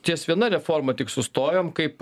ties viena reforma tik sustojom kaip